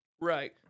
Right